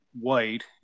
white